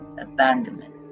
Abandonment